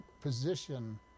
position